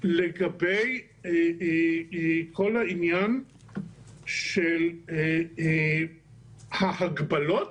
לגבי כל העניין של ההגבלות